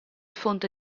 fonte